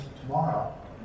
tomorrow